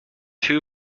two